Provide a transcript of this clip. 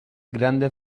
grande